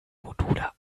module